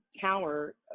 Tower